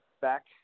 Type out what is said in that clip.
back